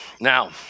Now